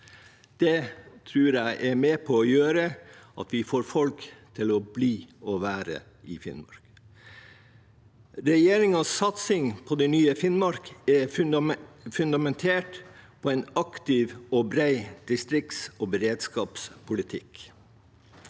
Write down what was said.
Det tror jeg er med på å gjøre at vi får folk til å bli værende i Finnmark. Regjeringens satsing på det nye Finnmark er fundamentert på en aktiv og bred distrikts- og beredskapspolitikk.